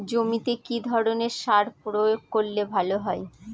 জমিতে কি ধরনের সার প্রয়োগ করলে ভালো হয়?